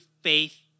faith